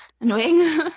annoying